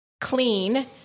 clean